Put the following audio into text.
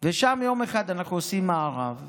ושם יום אחד אנחנו עושים מארב,